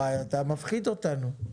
אתה מפחיד אותנו.